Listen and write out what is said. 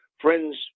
friends